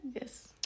Yes